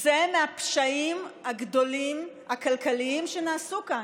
זה מהפשעים הכלכליים הגדולים שנעשו כאן.